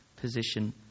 position